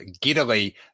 giddily